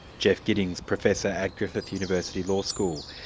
jeff giddings, professor at griffith university law school.